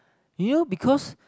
you know because